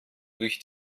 durch